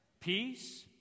Peace